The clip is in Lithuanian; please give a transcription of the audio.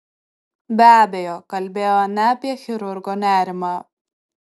be abejo kalbėjo ne apie chirurgo nerimą